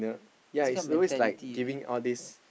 yeah it's always like giving all these